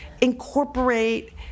incorporate